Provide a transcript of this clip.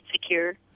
secure